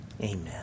amen